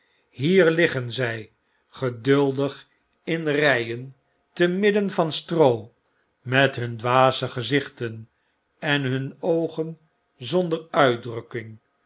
hier liggen zij geduldig in ryen te midden van stroo met hun dwaze gezichten en hun oogen zonder uitdrukking